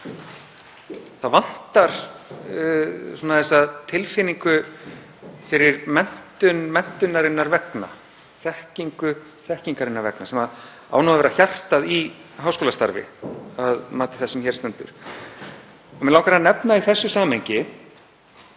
Það vantar tilfinningu fyrir menntun menntunarinnar vegna, þekkingu þekkingarinnar vegna sem á að vera hjartað í háskólastarfi að mati þess sem hér stendur. Mig langar að nefna í þessu samhengi